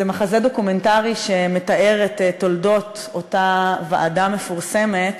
זה מחזה דוקומנטרי שמתאר את תולדות אותה ועדה מפורסמת